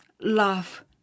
love